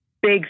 big